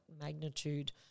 magnitude